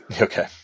Okay